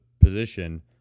position